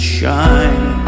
shine